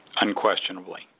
Unquestionably